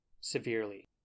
Severely